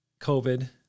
COVID